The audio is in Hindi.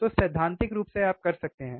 तो सैद्धांतिक रूप से आप कर सकते हैं